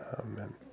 Amen